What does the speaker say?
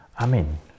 Amen